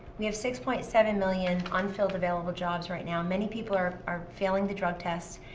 we have six point seven million unfilled available jobs right now. many people are are failing the drug tests.